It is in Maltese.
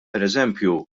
pereżempju